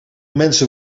mensen